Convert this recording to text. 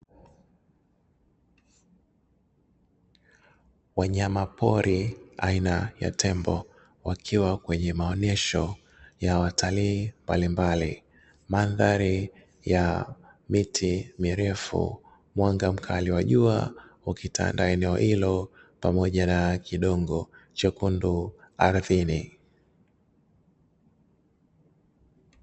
Wanyama pori aina ya tembo wakiwa kwenye maonyesho ya watalii mbalimbali, madhari ya miti mirefu mwanga mkali wa jua ukitanda eneo hilo pamoja na kidogo chekundu ardhini.